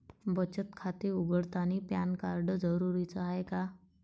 बचत खाते उघडतानी पॅन कार्ड जरुरीच हाय का?